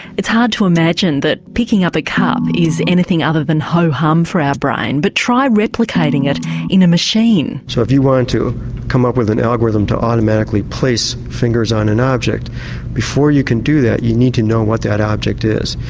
it's hard to imagine that picking up a cup is anything other than ho-hum for our brain, but try replicating it in a machine. so if you wanted to come up with an algorithm to automatically place fingers on an object before you can do that you need to know what that object is.